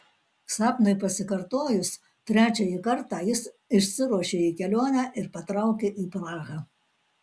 sapnui pasikartojus trečiąjį kartą jis išsiruošė į kelionę ir patraukė į prahą